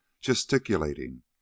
gesticulating